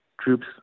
troops